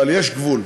אבל יש גבול.